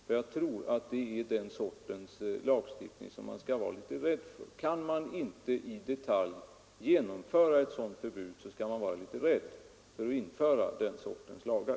Kan man inte i detalj genomföra ett sådant förbud, så tror jag att man skall vara litet rädd för att införa den sortens lagar.